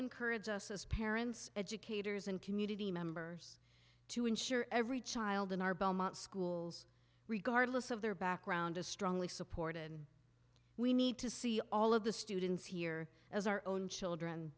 encourage us as parents educators and community members to ensure every child in our belmont schools regardless of their background is strongly supported we need to see all of the students here as our own children